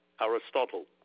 Aristotle